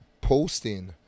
posting